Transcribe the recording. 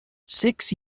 six